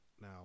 Now